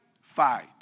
fight